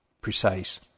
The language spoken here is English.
precise